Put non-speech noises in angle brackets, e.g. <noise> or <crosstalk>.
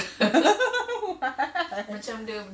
<laughs> why